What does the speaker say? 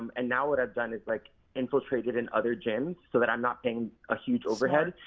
um and now what i've done is like infiltrated in other gyms so that i'm not paying a huge overhead.